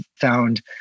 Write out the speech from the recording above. found